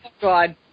God